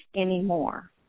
anymore